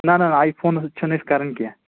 نَہ نَہ نَہ آی فونَس سۭتۍ چھِنہٕ أسۍ کَران کیٚنٛہہ